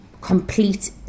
complete